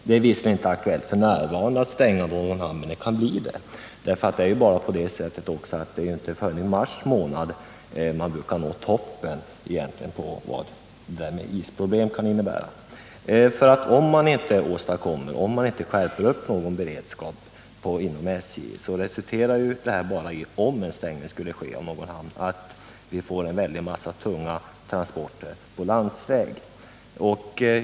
Det är visserligen inte aktuellt f. n. att stänga någon hamn, Nr 85 men det kan bli det. Inte förrän i mars månad börjar man som regel nå toppen i Tisdagen den fråga om isproblem. 13 februari 1979 Om man inte skärper beredskapen inom SJ, resulterar en eventuell stängning av någon hamn i att vi får en stor mängd tunga transporter på landsväg.